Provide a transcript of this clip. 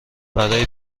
برا